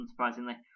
unsurprisingly